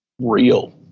real